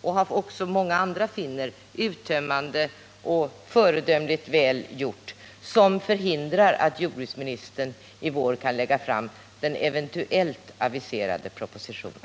och även många andra finner uttömmande och föredömligt väl gjort — som förhindrar att jordbruksministern i vår kan lägga fram den eventuellt aviserade propositionen?